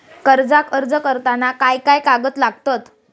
कर्जाक अर्ज करताना काय काय कागद लागतत?